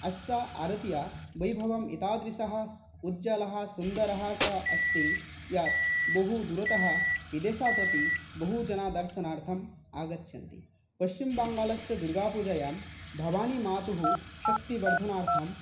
अस्याः आरत्याः वैभवम् एतादृशः उज्वलः सुन्दरः सः अस्ति यत् बहुदूरतः विदेशात् अपि बहुजनाः दर्शनार्थम् आगच्छन्ति पश्चिम्बङ्गालस्य दुर्गापूजायां भवानीमातुः शक्तिवर्धनार्थं